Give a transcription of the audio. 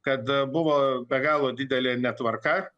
kad buvo be galo didelė netvarka